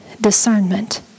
Discernment